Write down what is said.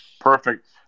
Perfect